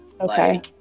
Okay